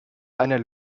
einer